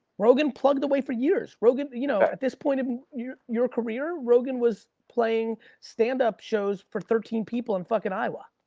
rogan plugged the way for years, rogan you know at this point of your your career, rogan was playing standup shows for thirteen people in fucking iowa.